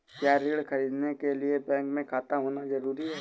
क्या ऋण ख़रीदने के लिए बैंक में खाता होना जरूरी है?